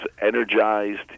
energized